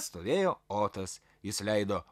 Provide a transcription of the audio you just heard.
stovėjo otas jis leido